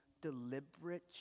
deliberate